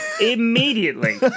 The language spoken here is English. immediately